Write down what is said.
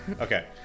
Okay